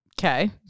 Okay